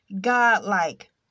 Godlike